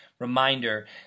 Reminder